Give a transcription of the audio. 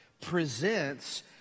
presents